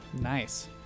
Nice